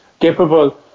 capable